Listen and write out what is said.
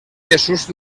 jesús